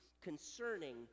concerning